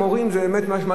מזה באמת יש מה ללמוד.